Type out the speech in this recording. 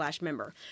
member